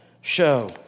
show